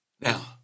Now